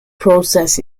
process